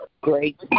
great